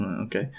Okay